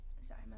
sorry